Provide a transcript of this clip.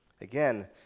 Again